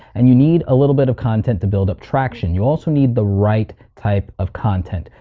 and you need a little bit of content to build up traction. you also need the right type of content.